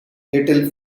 little